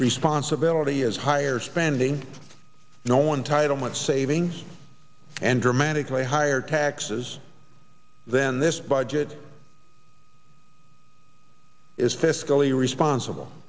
responsibility is higher spending no one title much savings and dramatically higher taxes then this budget is fiscally responsible